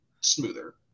smoother